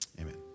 Amen